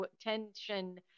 tension